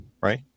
right